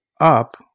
up